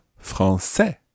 français